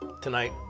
tonight